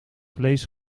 vlees